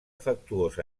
afectuós